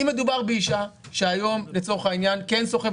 אם מדובר באישה שהיום לצורך העניין כן סוחבת